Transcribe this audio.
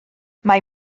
mae